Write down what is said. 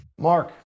Mark